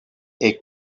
est